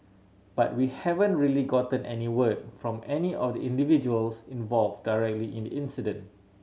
but we haven't really gotten any word from any of the individuals involve directly in the incident